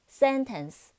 sentence